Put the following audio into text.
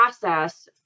process